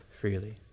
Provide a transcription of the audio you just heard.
freely